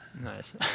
nice